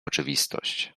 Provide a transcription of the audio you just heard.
oczywistość